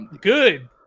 Good